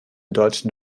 deutschen